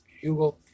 Hugo